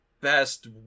best